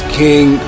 king